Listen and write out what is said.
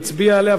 נצביע עליה,